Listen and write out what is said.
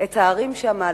את הערים שם,